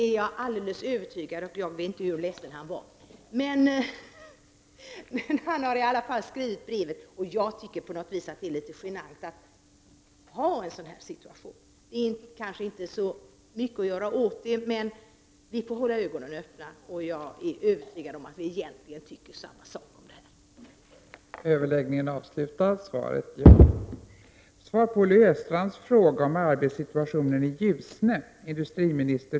Fru talman! Det är jag helt övertygad om, och jag vet inte hur ledsen han var. Han har i alla fall skrivit brevet. Jag tycker att det är litet genant med en sådan här situation. Det kanske inte är så mycket att göra åt, men vi får hålla ögonen öppna. Jag är övertygad om att vi egentligen tycker samma sak om detta.